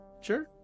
Sure